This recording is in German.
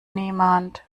niemand